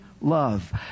love